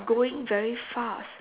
going very fast